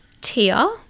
Tia